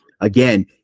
again